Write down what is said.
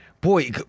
boy